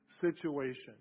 situation